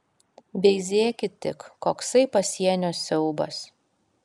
veizėkit tik koksai pasienio siaubas